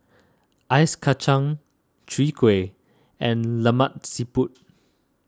Ice Kacang Chwee Kueh and Lemak Siput